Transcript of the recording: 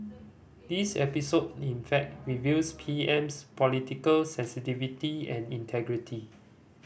this episode in fact reveals P M's political sensitivity and integrity